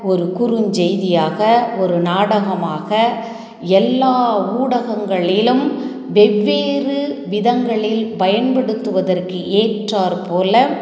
ஒரு குறுஞ்செய்தியாக ஒரு நாடகமாக எல்லா ஊடகங்களிலும் வெவ்வேறு விதங்களில் பயன்படுத்துவதற்கு ஏற்றார் போல்